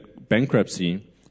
bankruptcy